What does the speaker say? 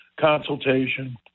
consultation